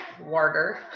water